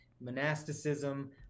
monasticism